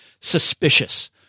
suspicious